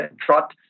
trot